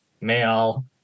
male